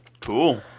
Cool